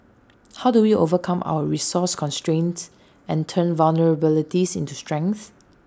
how do we overcome our resource constraints and turn vulnerabilities into strengths